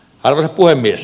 arvoisa puhemies